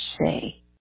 say